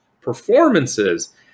performances